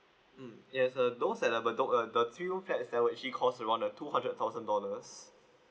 mm yes uh those are at the bedok uh thr three room flat that was actually cost around at two hundred thousand dollars